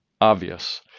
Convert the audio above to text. obvious